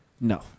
No